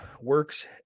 works